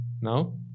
Now